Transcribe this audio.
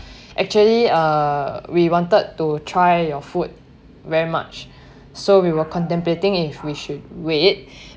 actually uh we wanted to try your food very much so we will contemplating if we should wait